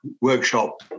workshop